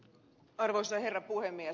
arvoisa herra puhemies